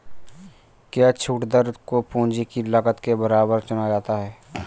क्या छूट दर को पूंजी की लागत के बराबर चुना जाता है?